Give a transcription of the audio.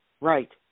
right